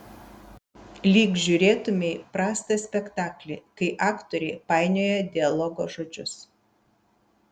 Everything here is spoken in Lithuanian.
lyg žiūrėtumei prastą spektaklį kai aktoriai painioja dialogo žodžius